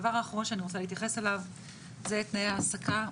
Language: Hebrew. דבר אחרון שאני רוצה להתייחס אליו זה תנאי העסקה,